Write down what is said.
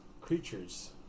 creatures